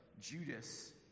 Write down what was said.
Judas